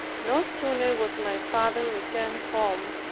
no sooner was my father returned home,